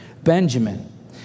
benjamin